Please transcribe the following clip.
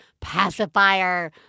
pacifier